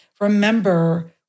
remember